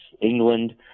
England